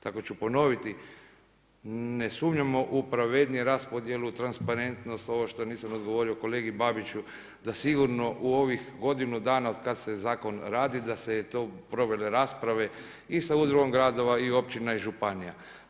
Tako ću ponoviti, ne sumnjamo u pravedniju raspodjelu, transparentnost, ovo što nisam odgovorio kolegi Babiću da sigurno u ovih godinu dana otkada se zakon radi da se je to provele rasprave i sa Udrugom gradova i općina i županija.